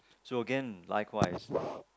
so again likewise